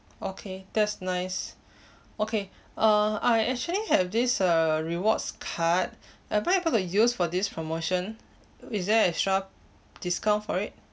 okay that's nice okay uh I actually have this uh rewards card am I able to use for this promotion is there extra discount for it